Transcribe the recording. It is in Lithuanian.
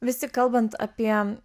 vis tik kalbant apie